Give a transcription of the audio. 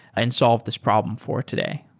and solve this problem for today?